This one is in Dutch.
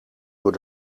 door